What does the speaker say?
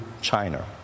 China